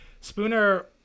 Spooner